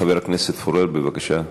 חבר הכנסת פורר, בבקשה.